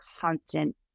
constant